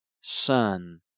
Son